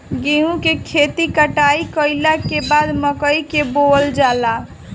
गेहूं के खेती कटाई कइला के बाद मकई के बोअल जाला